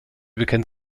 bekennt